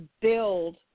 build